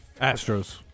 Astros